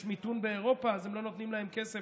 יש מיתון באירופה אז הם לא נותנים להם כסף?